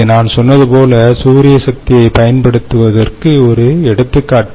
இது நான் சொன்னது போல் சூரிய சக்தியை பயன்படுத்துவதற்கு ஒரு எடுத்துக்காட்டு